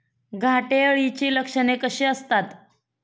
घाटे अळीची लक्षणे कशी असतात?